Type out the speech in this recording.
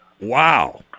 Wow